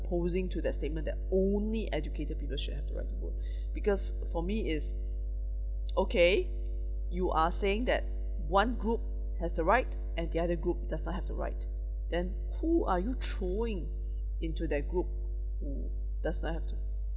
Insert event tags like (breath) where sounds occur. opposing to that statement that only educated people should have the right to vote (breath) because for me it's okay you are saying that one group have the right and the other group does not have the right then who are you throwing into that group who does not have to